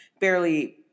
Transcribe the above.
barely